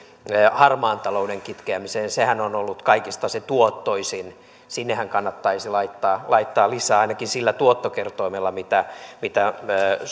harmaan talouden kitkemiseen sehän on ollut se kaikista tuottoisin sinnehän kannattaisi laittaa laittaa lisää ainakin sillä tuottokertoimella mitä mitä